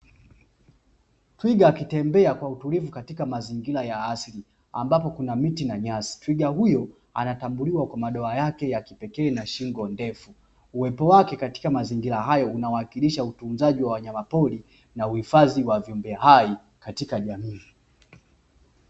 Twiga akitembea kwa utulivu katika mazingira ya asili ambapo kuna miti na nyasi, twiga huyo anatambuliwa kwa madowa yake ya kipekee na shingo ndefu, uwepo wake katika mazingira hayo unawakilisha utunzaji wa wanyama pori na uhifadhi wa viumbe hai katika jamii.